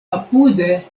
apude